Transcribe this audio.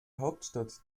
hauptstadt